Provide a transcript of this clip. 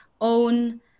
own